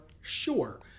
sure